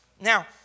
Now